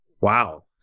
Wow